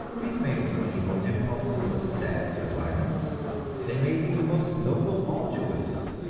these may be evil impulses, of sex or violence they may be the most noble altruisms,